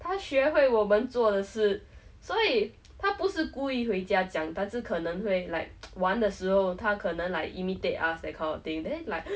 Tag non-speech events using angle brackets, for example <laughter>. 他学会我们做的事所以他不是故意回家讲但是可能会 like <noise> 玩的时候他可能 like imitate us that kind of thing then like